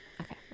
okay